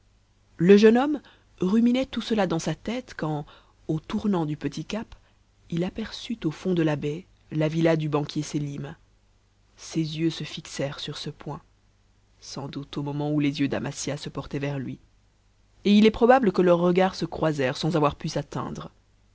le jeune homme ruminait tout cela dans sa tête quand au tournant du petit cap il aperçut au fond de la baie la villa du banquier sélim ses yeux se fixèrent sur ce point sans doute au moment où les yeux d'amasia se portaient vers lui et il est probable que leurs regards se croisèrent sans avoir pu s'atteindre